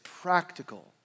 practical